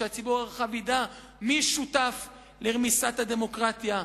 שהציבור הרחב ידע מי שותף לרמיסת הדמוקרטיה,